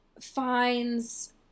finds